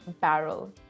barrel